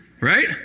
right